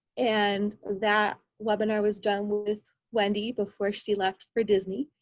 and that webinar was done with wendy before she left for disney.